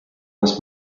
this